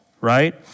right